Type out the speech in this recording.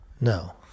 No